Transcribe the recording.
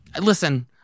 Listen